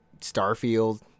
Starfield